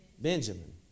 Benjamin